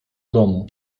domu